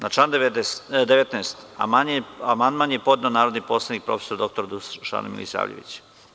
Na član 19. amandman je podneo narodni poslanik prof. dr Dušan Milisavljević.